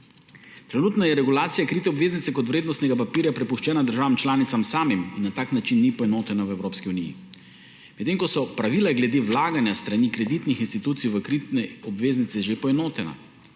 Trenutno je regulacija krite obveznice kot vrednostnega papirja prepuščena državam članicam samim in na tak način ni poenotena v Evropski uniji, medtem ko so pravila glede vlaganja s strani kreditnih institucij v krite obveznice že poenotena.